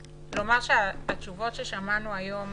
התשובות ששמענו היום